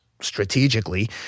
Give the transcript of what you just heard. strategically